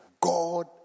God